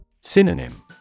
Synonym